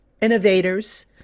innovators